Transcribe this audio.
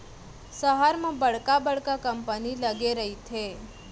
सहर म बड़का बड़का कंपनी लगे रहिथे